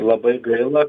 labai gaila